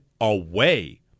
away